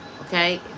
Okay